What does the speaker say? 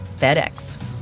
FedEx